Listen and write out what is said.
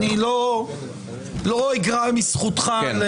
לא אגרע מזכותך.